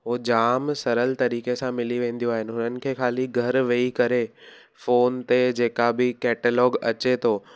हूअ जामु सरल तरीक़े सां मिली वेंदियूं आहिनि हुननि खे ख़ाली घरु वेही करे फोन ते जेका बि कैटलॉग अचे थो